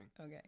okay